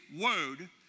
word